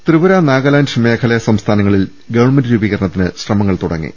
ത്രിപുര നാഗാലാന്റ് മേഘാലയ സംസ്ഥാനങ്ങളിൽ ഗവൺമെന്റ് രൂപീകരണത്തിന് ശ്രമങ്ങൾ തുടങ്ങി